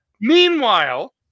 Meanwhile